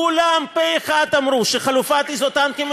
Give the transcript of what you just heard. כולם פה אחד אמרו שחלופת האיזוטנקים היא